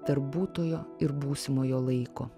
tarp būtojo ir būsimojo laiko